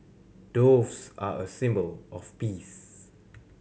doves are a symbol of peace